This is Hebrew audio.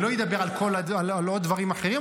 אני לא אדבר על עוד דברים אחרים,